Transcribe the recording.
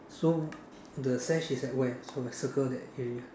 so the sash is at where so I circle that area